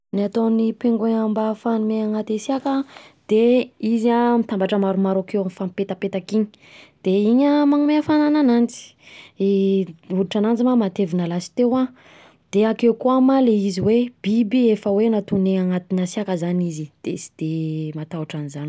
Ny ataon’ny pingouin mba afahany miaina anaty hasiaka an, de izy an mitambatra maromaro akeo mifampipetapetaka iny, de iny an manome hafanana ananjy, i hoditra ananjy ma matevina lasiteo an, de akeo koa ma le izy hoe biby natao miaina anatin’ny hasiaka zany izy, de sy de matahotra an'zany loatra.